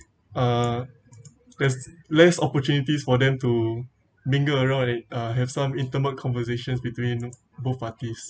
uh there's less opportunities for them to mingle around it uh have some intimate conversations between both parties